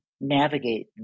navigate